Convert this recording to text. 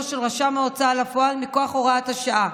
של רשם ההוצאה לפועל מכוח הוראת השעה.